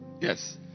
Yes